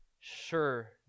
sure